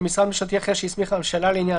"למשרד ממשלתי אחר שהסמיכה הממשלה לעניין זה".